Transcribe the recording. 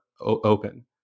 open